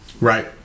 Right